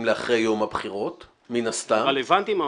לאחר יום הבחירות מן הסתם --- רלוונטיים,